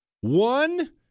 One